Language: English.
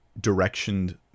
directioned